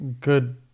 good